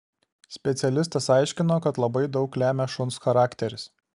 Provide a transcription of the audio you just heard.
specialistas aiškino kad labai daug lemia šuns charakteris